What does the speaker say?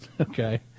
okay